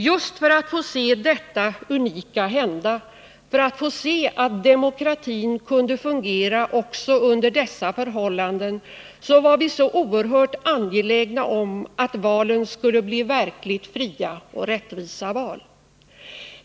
Just för att få se detta unika hända, för att få se att demokratin kunde fungera också under dessa förhållanden, var vi så oerhört angelägna om att valen skulle bli verkligt fria och rättvisa val.